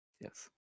Yes